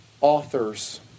authors